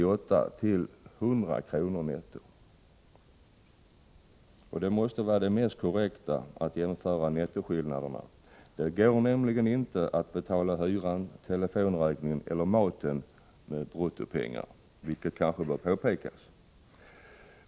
netto år 1988. Det måste vara det mest korrekta att jämföra nettoskillnaderna. Det går nämligen inte att betala hyran, telefonräkningen eller maten med bruttopengar — vilket kanske bör påpekas.